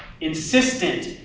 insistent